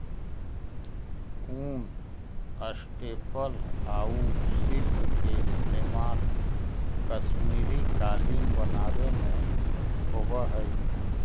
ऊन, स्टेपल आउ सिल्क के इस्तेमाल कश्मीरी कालीन बनावे में होवऽ हइ